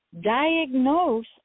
diagnose